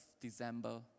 December